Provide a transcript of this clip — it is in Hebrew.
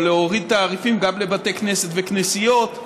או להוריד תעריפים גם לבתי כנסת וכנסיות,